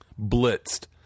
blitzed